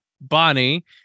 Bonnie